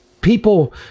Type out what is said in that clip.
People